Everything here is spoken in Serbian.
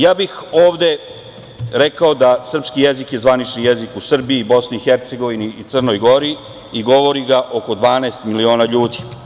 Ja bih ovde rekao da je srpski jezik zvanični jezik u Srbiji, Bosni i Hercegovini i Crnoj Gori i govori ga oko 12 miliona ljudi.